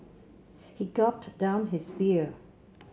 he gulped down his beer